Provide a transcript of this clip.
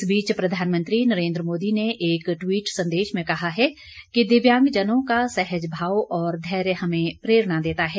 इस बीच प्रधानमंत्री नरेन्द्र मोदी ने एक ट्वीट संदेश में कहा है कि दिव्यांगजनों का सहज भाव और धैर्य हमें प्रेरणा देता है